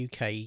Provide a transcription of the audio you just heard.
uk